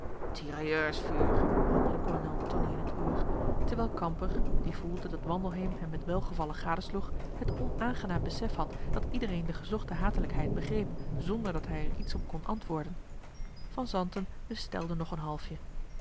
bromde de kolonel tonie in t oor terwijl kamper die voelde dat wandelheem hem met welgevallen gadesloeg het onaangenaam besef had dat iedereen de gezochte hatelijkheid begreep zonder dat hij er iets op kon antwoorden van zanten bestelde nog een halfje